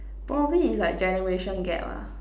probably is like generation gap lah